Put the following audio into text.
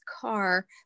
car